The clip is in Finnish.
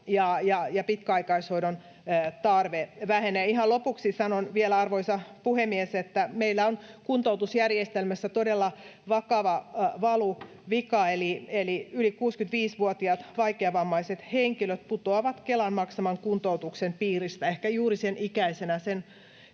ja pitkäaikaishoidon, tarve vähenee. Ihan lopuksi sanon vielä, arvoisa puhemies, että meillä on kuntoutusjärjestelmässä todella vakava valuvika. Eli yli 65-vuotiaat vaikeavammaiset henkilöt putoavat Kelan maksaman kuntoutuksen piiristä ehkä juuri sen ikäisenä ja